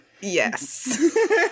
Yes